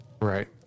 Right